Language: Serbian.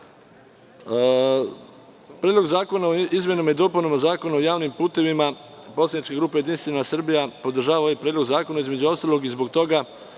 zakona. Predlog zakona o izmenama i dopunama Zakona o javnim putevima, poslanička grupa Jedinstvena Srbija, podržava ovaj Predlog zakona, između ostalog i zbog toga